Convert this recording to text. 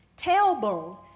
tailbone